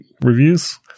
reviews